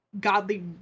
godly